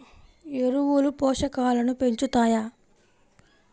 ఎరువులు పోషకాలను పెంచుతాయా?